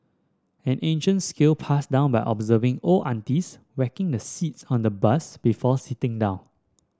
an ancient skill passed down by observing old aunties whacking the seats on the bus before sitting down